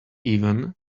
even